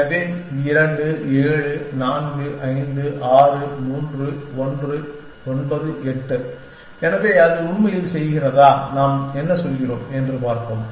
எனவே 2 7 4 5 6 1 3 9 8 எனவே அது உண்மையில் செய்கிறதா நாம் என்ன சொல்கிறோம் என்று பார்ப்போம்